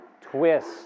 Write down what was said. Twist